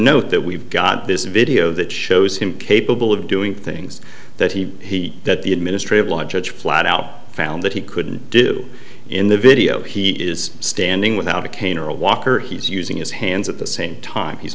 note that we've got this video that shows him capable of doing things that he he that the administrative law judge flat out found that he couldn't do in the video he is standing without a cane or a walker he's using his hands at the same time he's